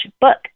book